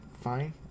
fine